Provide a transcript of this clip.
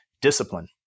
discipline